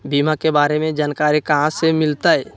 बीमा के बारे में जानकारी कहा से मिलते?